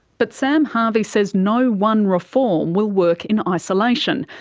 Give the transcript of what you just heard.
but sam harvey says no one reform will work in isolation.